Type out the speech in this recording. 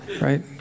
Right